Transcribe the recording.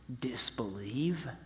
disbelieve